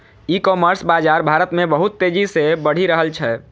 ई commerce बाजार भारत मे बहुत तेजी से बढ़ि रहल छै